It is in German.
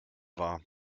war